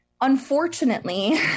Unfortunately